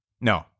No